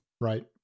Right